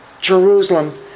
Jerusalem